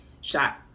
shot